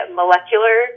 molecular